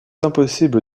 impossible